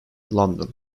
london